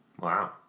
Wow